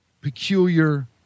peculiar